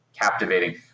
captivating